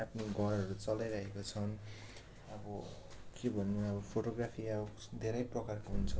आफ्नो घरहरू चलाइरहेको छन् अब के भन्नु अब फोटोग्राफी अब धेरै प्रकारको हुन्छ